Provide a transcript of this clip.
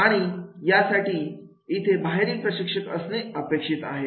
आणि यासाठी इथे बाहेरील प्रशिक्षक असणे असे अपेक्षित आहे